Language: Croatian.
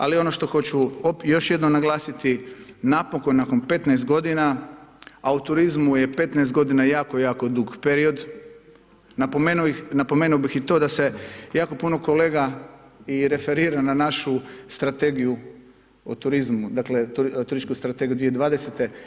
Ali, ono što hoću još jednom naglasiti, napokon, nakon 15 godina, a u turizmu je 15 godina jako, jako dug period, napomenuo bih i to da se jako puno kolega i referira na našu strategiju o turizmu dakle Turistička strategija 2020.